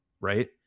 right